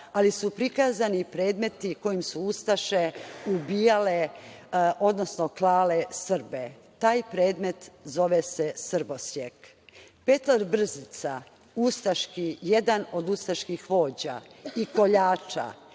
ali su prikazani predmeti kojim su ustaše ubijale, odnosno klale Srbe. Taj predmet zove se srbosjek. Petar Brzica, jedan od ustaških vođa i koljača,